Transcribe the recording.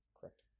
Correct